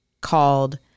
called